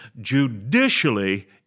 judicially